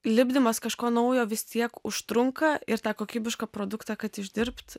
lipdymas kažko naujo vis tiek užtrunka ir tą kokybišką produktą kad išdirbt